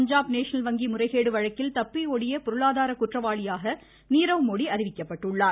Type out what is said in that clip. Punjab national வங்கி முறைகேடு வழக்கில் தப்பிஓடிய பொருளாதார குற்றவாளியாக நீரவ் மோடி அறிவிக்கப்பட்டுள்ளார்